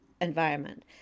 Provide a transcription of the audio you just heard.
environment